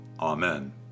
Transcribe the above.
Amen